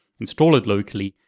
install it locally.